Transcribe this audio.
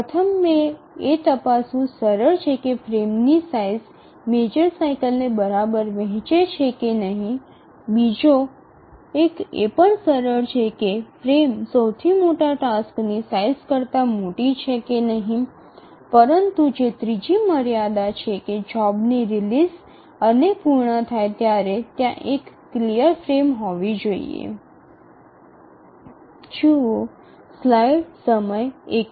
પ્રથમ બે એ તપાસવું સરળ છે કે ફ્રેમની સાઇઝ મેજર સાઇકલને બરાબર વહેચે છે કે નહીં બીજો એક એ પણ સરળ છે કે ફ્રેમ સૌથી મોટા ટાસ્ક ની સાઇઝ કરતા મોટી હોવી જોઈએ પરંતુ જે ત્રીજી મર્યાદા છે કે જોબ ની રિલીઝ અને પૂર્ણ થાય ત્યારે ત્યાં એક ક્લિયર ફ્રેમ હોવી જોઈએ